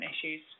issues